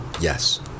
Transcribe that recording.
Yes